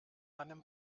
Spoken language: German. einem